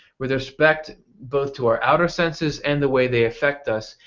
with respect both to our outer senses and the way they affect us,